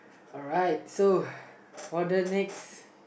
alright so for the next